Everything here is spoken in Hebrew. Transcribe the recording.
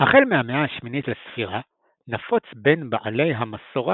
החל מהמאה השמינית לספירה נפוץ בין בעלי המסורה